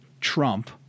Trump